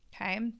Okay